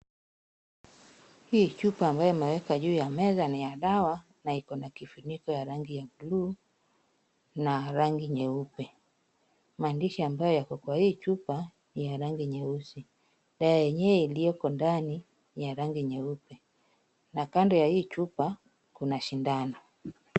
Hii chupa ambayo imewekwa juu ya meza ni ya dawa, na iko na kifuniko ya rangi ya bluu na rangi nyeupe, maandishi ambayo yako kwa hii chupa ni ya rangi nyeusi, dawa yenyewe iliyoko ndani ni ya rangi nyeupe, na kando ya hii chupa kuna sindano.